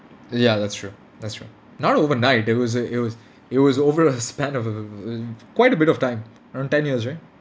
ya that's true that's true not overnight there was a it was it was over a span of err quite a bit of time around ten years right